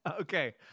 Okay